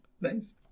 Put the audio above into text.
Nice